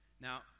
Now